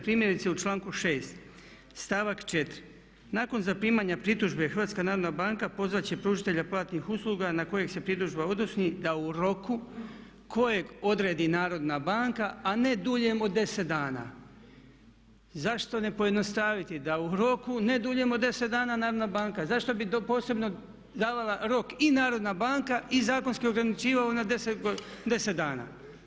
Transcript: Primjerice u članku 6.stavak 4. "Nakon zaprimanja pritužbe Hrvatska narodna banka pozvat će pružatelja platnih usluga na kojeg se pritužba odnosi da u roku kojeg odredi Narodna banka a ne duljem od 10 dana." Zašto ne pojednostaviti da u roku ne duljem od 10 dana Narodna banka, zašto bi posebno davala rok i Narodna banka i zakonski ograničavao na 10 dana?